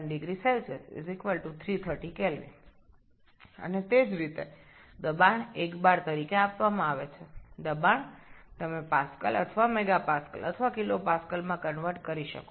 T1 57 0C 330 K এবং একইভাবে চাপটি ১ বার হিসাবে দেওয়া চাপটি আপনি পাস্কাল বা মেগা পাস্কাল বা কিলো পাস্কল রূপান্তর করতে পারেন